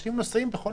אנשים נוסעים.